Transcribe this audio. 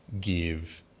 give